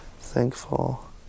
thankful